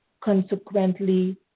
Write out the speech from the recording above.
Consequently